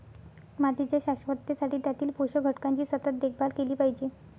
मातीच्या शाश्वततेसाठी त्यातील पोषक घटकांची सतत देखभाल केली पाहिजे